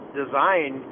design